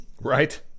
Right